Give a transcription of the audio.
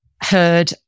heard